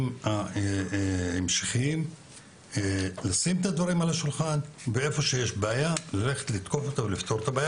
על השולחן בדיונים ההמשכיים ולפתור בעיות שצצות,